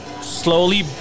slowly